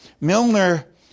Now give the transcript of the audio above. Milner